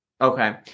Okay